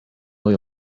uyu